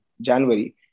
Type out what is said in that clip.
January